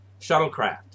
shuttlecraft